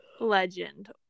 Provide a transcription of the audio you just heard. legend